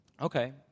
Okay